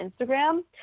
Instagram